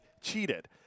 cheated